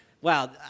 Wow